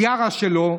הזיארה שלו,